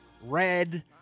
red